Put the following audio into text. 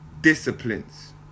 disciplines